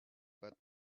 but